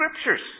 scriptures